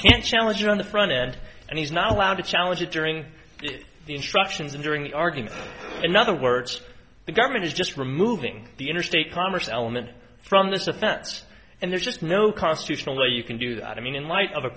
can challenge you on the front end and he's not allowed to challenge it during the instructions and during the argument in other words the government is just removing the interstate commerce element from this offense and there's just no constitutional way you can do that i mean in light of a